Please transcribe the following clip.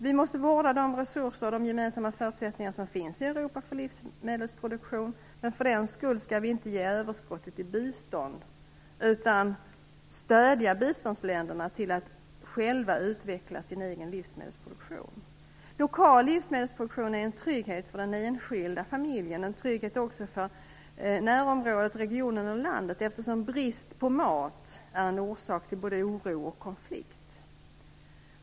Vi måste vårda de resurser och de gemensamma förutsättningar som finns för livsmedelsproduktion i Europa. Men för den skull skall vi inte ge överskottet i bistånd, utan stödja biståndsländerna att själva utveckla sin egen livsmedelsproduktion. Lokal livsmedelsproduktion är en trygghet för den enskilda familjen och också för närområdet, regionen och landet. Brist på mat är nämligen en orsak till både oro och konflikt.